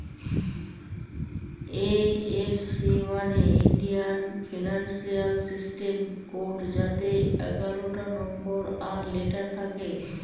IFC মানে Indian financial system code যাতে এগারোটা নম্বর আর লেটার থাকে